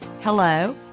hello